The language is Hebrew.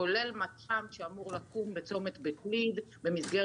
כמעט לא עובד, בניגוד